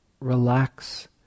relax